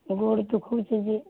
ଗୋଡ଼୍ ଦୁଖଉଛେ ବି